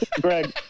Greg